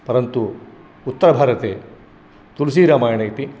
परन्तु उत्तरभारते तुलसीरामायणम् इति